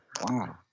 wow